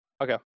okay